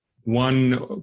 one